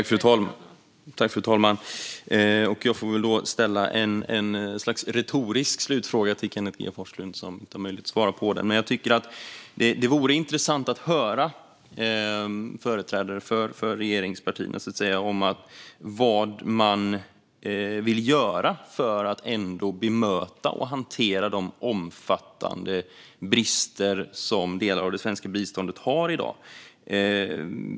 Fru talman! Jag får väl då ställa ett slags retorisk slutfråga till Kenneth G Forslund. Han har inte möjlighet att svara på den, men jag tycker att det vore intressant att höra företrädare för regeringspartiet tala om vad man vill göra för att bemöta och hantera de omfattande brister som delar av det svenska biståndet har i dag.